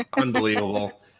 Unbelievable